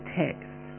text